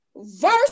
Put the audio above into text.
Verse